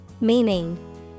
Meaning